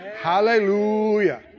Hallelujah